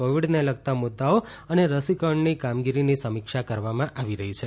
કોવિડને લગતા મુદ્દાઓ અને રસીકરણની કામગીરીની સમીક્ષા કરવામાં આવી રહી છે